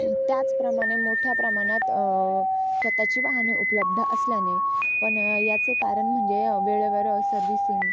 त्याचप्रमाणे मोठ्या प्रमाणात स्वतःची वाहने उपलब्ध असल्याने पण याचे कारण म्हणजे वेळेवर सर्व्हिसिंग